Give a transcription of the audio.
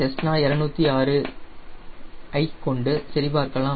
Cessna 206 ஐ கொண்டு சரிபார்க்கலாம்